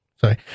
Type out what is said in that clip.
Sorry